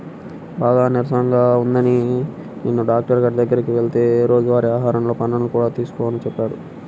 బాగా నీరసంగా ఉందని నిన్న డాక్టరు గారి దగ్గరికి వెళ్తే రోజువారీ ఆహారంలో పండ్లను కూడా తీసుకోమని చెప్పాడు